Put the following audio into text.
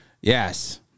Yes